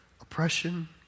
oppression